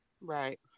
Right